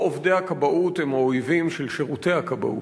לא עובדי הכבאות הם האויבים של שירותי הכבאות.